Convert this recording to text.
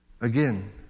again